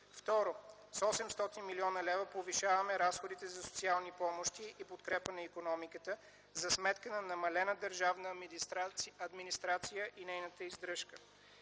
2. С 800 млн. лв. повишаваме разходите за социални помощи и подкрепа на икономиката за сметка на намалена държавна администрация и нейната издръжка.